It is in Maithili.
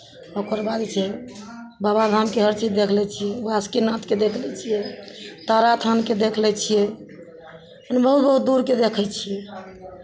ओकर बाद जे छै बाबाधामके हर चीज देख लै छियै बासुकीनाथके देख लै छियै तारा स्थानके देख लै छियै बहुत बहुत दूरके देखै छियै